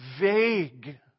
vague